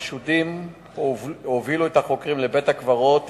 החשודים הובילו את החוקרים לבית-הקברות,